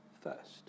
first